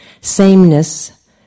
Sameness